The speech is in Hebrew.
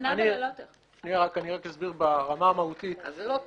אז זה לא טוב.